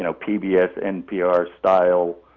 know, pbs, npr-style,